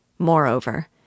Moreover